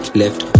left